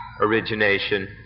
origination